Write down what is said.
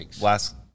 last